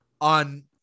on